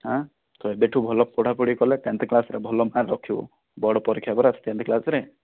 ହାଁ ତୁ ଏବେଠୁ ଭଲ ପଢା ପଢି କଲେ ଟେନଥ୍ କ୍ଲାସ ରେ ଭଲ ମାର୍କ ରଖିବୁ ବୋର୍ଡ ପରୀକ୍ଷା ପରା ଟେନଥ୍ କ୍ଲାସ ରେ